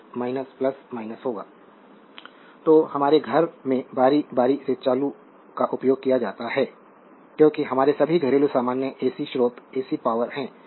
slide समय देखें 2252 तो हमारे घर में बारी बारी से चालू का उपयोग किया जाता है क्योंकि हमारे सभी घरेलू सामान एसी स्रोत एसी पावर है